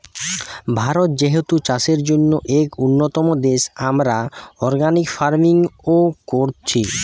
ভারত যেহেতু চাষের জন্যে এক উন্নতম দেশ, আমরা অর্গানিক ফার্মিং ও কোরছি